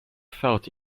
felt